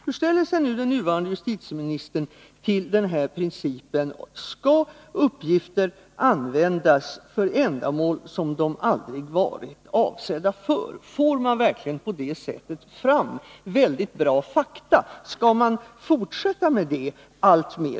Hur ställer sig nu den nuvarande justitieministern till den principen: Skall uppgifter användas för ändamål som de aldrig har varit avsedda för? Får man på det sättet fram mycket bra fakta? Skall man fortsätta med det alltmer?